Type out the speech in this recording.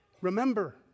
remember